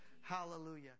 Hallelujah